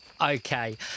Okay